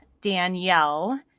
Danielle